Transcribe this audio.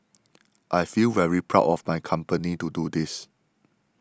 I feel very proud of my company to do this